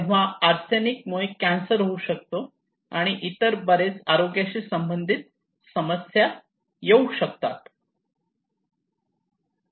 तेव्हा आर्सेनिक मुळे कॅन्सर होऊ शकतो आणि इतर बरेच आरोग्याशी संबंधित समस्या येऊ शकतात